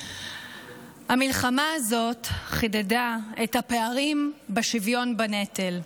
המלחמה הזאת חידדה את הפערים בשוויון בנטל: